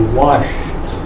washed